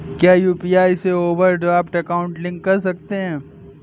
क्या यू.पी.आई से overdraft account link कर सकते हैं?